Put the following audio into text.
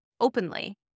openly